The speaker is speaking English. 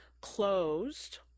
closed